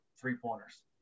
three-pointers